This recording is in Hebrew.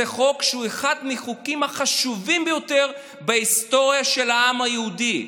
זה חוק שהוא אחד מהחוקים החשובים ביותר בהיסטוריה של העם היהודי.